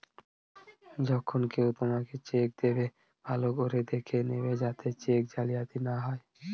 যখন কেউ তোমাকে চেক দেবে, ভালো করে দেখে নেবে যাতে চেক জালিয়াতি না হয়